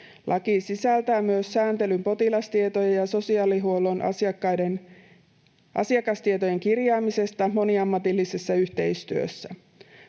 Laki sisältää myös sääntelyn potilastietojen ja sosiaalihuollon asiakkaiden asiakastietojen kirjaamisesta moniammatillisessa yhteistyössä.